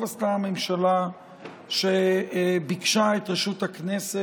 טוב עשתה הממשלה שביקשה את רשות הכנסת